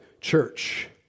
church